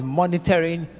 monitoring